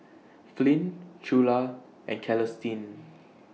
Flint Trula and Celestine